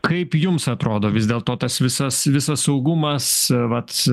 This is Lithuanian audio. kaip jums atrodo vis dėlto tas visas visas saugumas vat